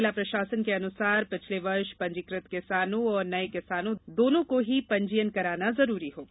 जिला प्रषासन के अनुसार पिछले वर्ष पंजीकृत किसानों और नये किसानों दोनों को ही पंजीयन कराना जरूरी होगा